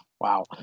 Wow